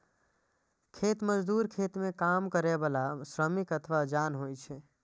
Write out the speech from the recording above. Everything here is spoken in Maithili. खेत मजदूर खेत मे काम करै बला श्रमिक अथवा जन होइ छै